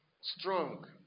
strong